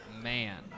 Man